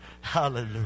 Hallelujah